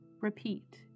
Repeat